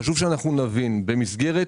חשוב שנבין שבמסגרת